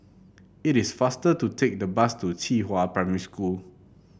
it is faster to take the bus to Qihua Primary School